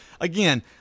again